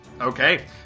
Okay